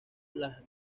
las